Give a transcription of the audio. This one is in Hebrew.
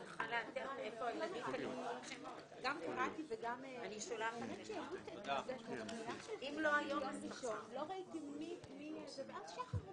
12:05.